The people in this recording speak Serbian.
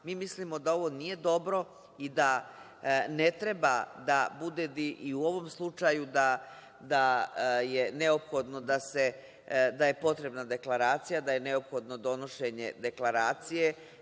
Mi mislimo da ovo nije dobro i da ne treba da bude i u ovom slučaju da je neophodno da je potrebna deklaracija, da je neophodno donošenje deklaracije.